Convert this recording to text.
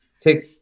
take